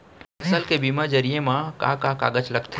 फसल के बीमा जरिए मा का का कागज लगथे?